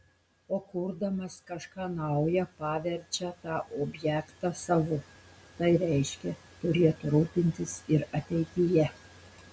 o kurdamas kažką nauja paverčia tą objektą savu tai reiškia turėtų rūpintis ir ateityje